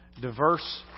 Diverse